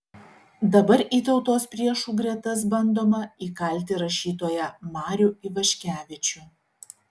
dabar į tautos priešų gretas bandoma įkalti rašytoją marių ivaškevičių